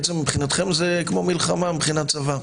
בעצם מבחינתכם זה כמו מלחמה מבחינת צבא.